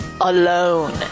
alone